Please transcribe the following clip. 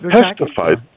testified